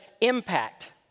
impact